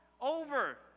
over